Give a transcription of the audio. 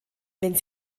wenn